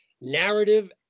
narrative